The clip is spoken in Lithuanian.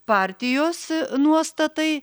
partijos nuostatai